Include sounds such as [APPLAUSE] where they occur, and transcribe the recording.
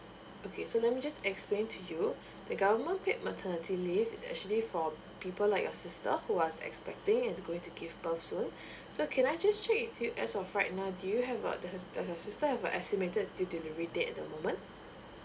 okay so let me just explain to you [BREATH] the government paid maternity leave is actually for people like your sister who was expecting and going to give birth soon [BREATH] so can I just check with you as of right now do you have a does does your sister have a estimated due delivery date at the moment